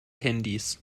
handys